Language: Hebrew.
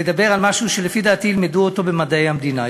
לדבר על משהו שלפי דעתי ילמדו אותו במדעי המדינה.